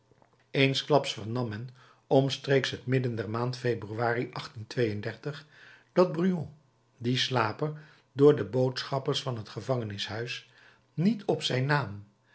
eensklaps vernam men omstreeks het midden der maand februari dat brujon die slaper door de boodschappers van het gevangenhuis niet op zijn naam